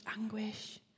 anguish